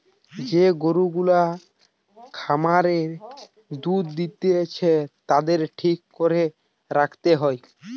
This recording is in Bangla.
যে গরু গুলা খামারে দুধ দিতেছে তাদের ঠিক করে রাখতে হয়